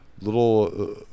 little